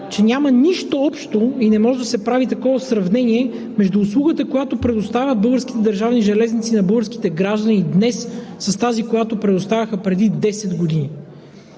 че няма нищо общо и не може да се прави такова сравнение между услугата, която предоставят Българските държавни железници на българските граждани днес, с тази, която предоставяха преди 10 години.